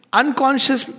unconscious